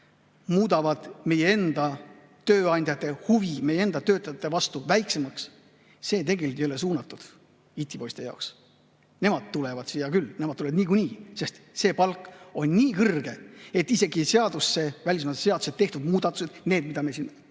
muudavad meie enda tööandjate huvi meie enda töötajate vastu väiksemaks. See tegelikult ei ole mõeldud itipoiste jaoks, nemad tulevad siia küll, nemad tulevad niikuinii, sest see palk on nii kõrge, et isegi välismaalaste seadusesse tehtud muudatused, need, mida me siin